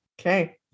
Okay